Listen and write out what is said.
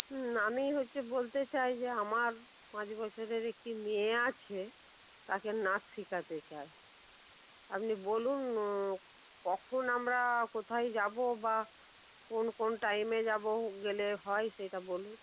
হুম আমি হচ্ছে বলতে চাই যে আমার পাঁচ বছরের একটি মেয়ে আছে তাকে নাচ শেখাতে চাই আপনি বলুন কখন আমরা কোথায় যাব বা কোন কোন টাইমে যাব গেলে হয় সেটা বলুন